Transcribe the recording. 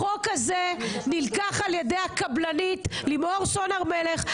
החוק הזה נלקח על ידי הקבלנית לימור סון הר מלך,